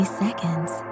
seconds